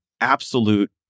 absolute